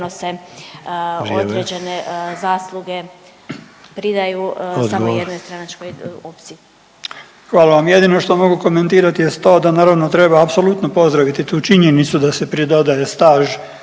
Odgovor. **Bakić, Damir (Možemo!)** Hvala vam. Jedino što mogu komentirati jest to da, naravno, treba apsolutno pozdraviti tu činjenicu da se pridodaje staž